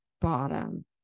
bottom